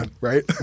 right